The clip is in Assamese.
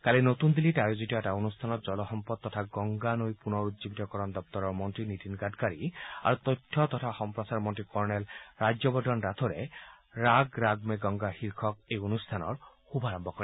কালি নতুন দিল্লীত আয়োজিত এটা অনুষ্ঠানত জলসম্পদ তথা গংগা পুনৰুজীৱিতকৰণ দপ্তৰ মন্ত্ৰী নীতিন গাডকাৰী আৰু তথ্য আৰু সম্প্ৰচাৰ মন্ত্ৰী কৰ্ণেল ৰাজ্যবৰ্ধন ৰাথোৰে ৰাগ ৰাগ মে গংগা শীৰ্ষক এই অনুষ্ঠানৰ শুবাৰম্ভ কৰে